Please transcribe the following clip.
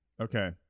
Okay